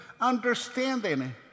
understanding